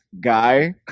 guy